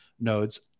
nodes